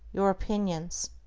your opinions?